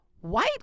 White